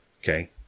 Okay